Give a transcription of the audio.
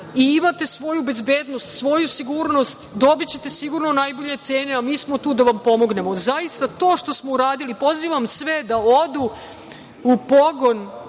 i imate svoju bezbednost, svoju sigurnost, dobićete sigurno najbolje cene, a mi smo tu da vam pomognemo. Zaista, to što smo uradili, pozivam sve da odu u pogon